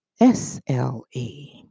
SLE